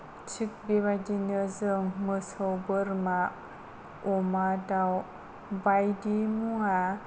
थिग बेबादिनो जों मोसौ बोरमा अमा दाउ बायदि मुवा